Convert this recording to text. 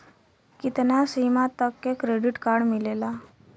कितना सीमा तक के क्रेडिट कार्ड मिलेला?